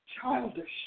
childish